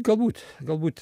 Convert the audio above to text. galbūt galbūt